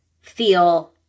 feel